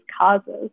causes